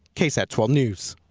ksat. twelve news.